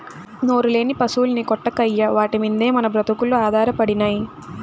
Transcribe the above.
నోరులేని పశుల్ని కొట్టకయ్యా వాటి మిందే మన బ్రతుకులు ఆధారపడినై